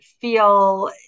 feel